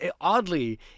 oddly